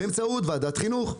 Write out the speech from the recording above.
באמצעות ועדת חינוך.